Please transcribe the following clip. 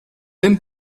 ben